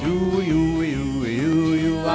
new